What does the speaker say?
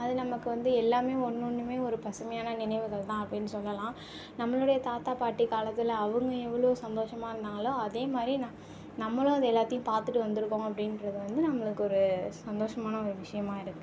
அது நமக்கு வந்து எல்லாமே ஒன்று ஒன்றுமே ஒரு பசுமையான நினைவுகள் தான் அப்படின்னு சொல்லலாம் நம்மளோடைய தாத்தா பாட்டி காலத்தில் அவங்க எவ்வளோ சந்தோஷமாக இருத்தாங்களோ அதேமாதிரி ந நம்மளும் அது எல்லாத்தியும் பார்த்துட்டு வந்திருக்கோம் அப்படின்றது வந்து நம்மளுக்கு ஒரு சந்தோஷமான ஒரு விஷயமா இருக்குது